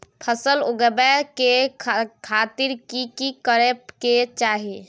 फसल उगाबै के खातिर की की करै के चाही?